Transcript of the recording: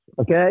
Okay